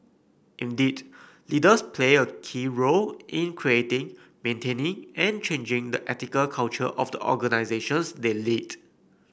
indeed leaders play a key role in creating maintaining and changing the ethical culture of the organisations they lead